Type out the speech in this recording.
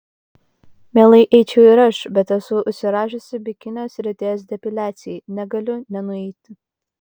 mielai eičiau ir aš bet esu užsirašiusi bikinio srities depiliacijai negaliu nenueiti